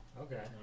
Okay